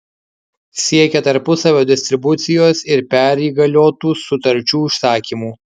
siekia tarpusavio distribucijos ir perįgaliotų sutarčių užsakymų